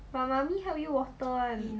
but mummy help you water [one]